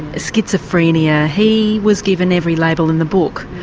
schizophrenia, he was given every label in the book.